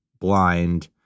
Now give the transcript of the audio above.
blind